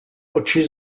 oči